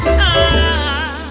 time